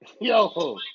yo